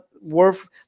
worth